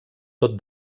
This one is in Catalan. tot